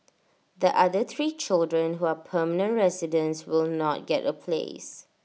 the other three children who are permanent residents will not get A place